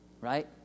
right